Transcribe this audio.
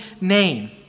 name